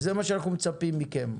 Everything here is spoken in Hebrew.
וזה מה שאנחנו מצפים מכם,